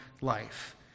life